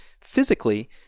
physically